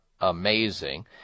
amazing